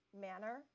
manner